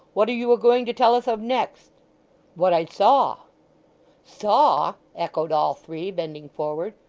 what are you a-going to tell us of next what i saw saw! echoed all three, bending forward.